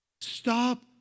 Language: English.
Stop